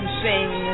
sing